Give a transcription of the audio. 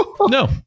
No